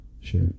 Sure